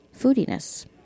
foodiness